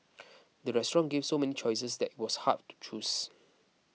the restaurant gave so many choices that it was hard to choose